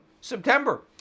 September